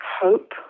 Hope